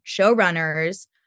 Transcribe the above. showrunners